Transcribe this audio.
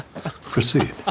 Proceed